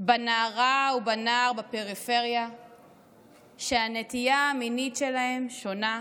בנערה ובנער בפריפריה שהנטייה המינית שלהם שונה,